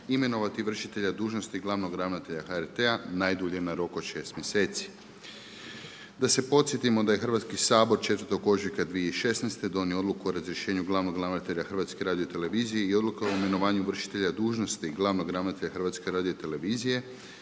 imenovati vršitelja dužnosti glavnog ravnatelja HRT-a najdulje na rok od 6 mjeseci. Da se podsjetimo da je Hrvatski sabor 4. ožujka 2016. donio Odluku o razrješenju glavnog ravnatelja Hrvatske radiotelevizije i Odluku o imenovanju vršitelja dužnosti glavnog ravnatelja Hrvatske radiotelevizije